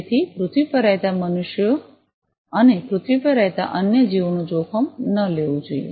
તેથી પૃથ્વી પર રહેતા મનુષ્યો અને પૃથ્વી પર રહેતા અન્ય જીવોનું જોખમ ન લેવુ જોઈએ